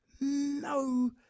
no